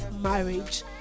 marriage